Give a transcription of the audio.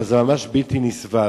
אבל זה ממש בלתי נסבל.